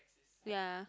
ya